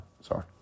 Sorry